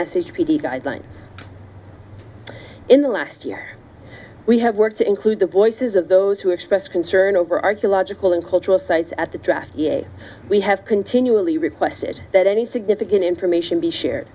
p guidelines in the last year we have work to include the voices of those who express concern over archaeological and cultural sites at the track we have continually requested that any significant information be shared